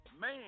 man